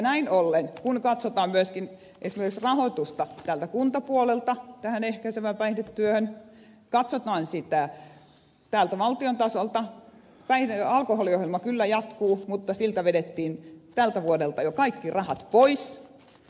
näin ollen kun katsotaan myöskin esimerkiksi rahoitusta täältä kuntapuolelta tähän ehkäisevään päihdetyöhön katsotaan sitä täältä valtion tasolta päihde ja alkoholiohjelma kyllä jatkuu mutta siltä vedettiin tältä vuodelta jo kaikki rahat pois